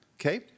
okay